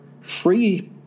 free